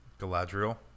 Galadriel